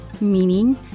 meaning